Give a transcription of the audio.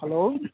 hello